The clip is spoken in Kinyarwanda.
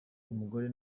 umugore